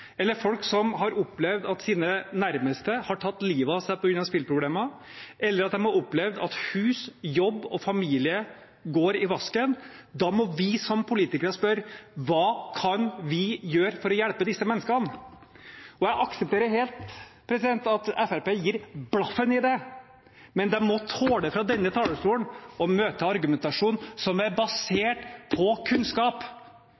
eller folk som har opplevd at deres nærmeste har tatt livet av seg på grunn av spilleproblemer, eller at de har opplevd at hus, jobb og familie går i vasken, da må vi som politikere spørre: Hva kan vi gjøre for å hjelpe disse menneskene? Jeg aksepterer helt at Fremskrittspartiet gir blaffen i det, men de må tåle fra denne talerstolen å møte argumentasjon som er